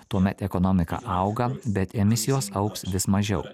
tuomet ekonomika auga bet emisijos augs vis mažiau